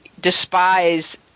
despise